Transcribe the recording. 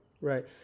right